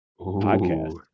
podcast